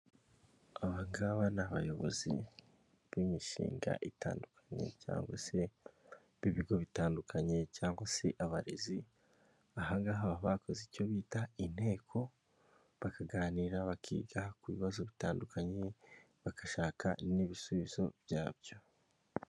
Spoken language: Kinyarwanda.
Icyapa kigizwe n'amabara atandukanye: umweru, ubururu, umutuku ndeste n'andi magambo yanditsemo, kikaba gitewe mu busitani bukikijwe n'ibiti birebire ndetse n'amabara y'umweru n'umukara.